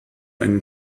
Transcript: einen